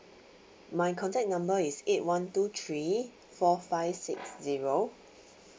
my contact number is eight one two three four five six zero